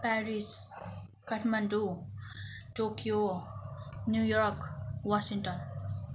Paris Kathmandu Tokyo New York Washington